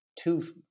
two